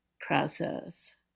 process